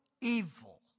evil